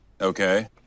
Okay